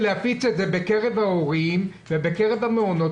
להפיץ את זה בקרב ההורים ובקרב המעונות,